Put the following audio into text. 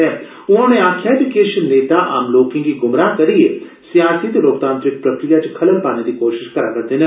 उआं उनें आक्खेआ जे किश नेता आम लोकें गी ग्मराह करीयै सियासी ते लोकतांत्रिक प्रक्रिया च खलल पाने दी कोशिश करार'दे न